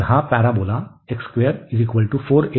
तर हा पॅराबोला आहे